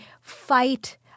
fight